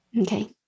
okay